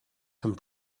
some